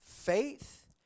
Faith